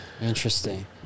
Interesting